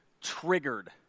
triggered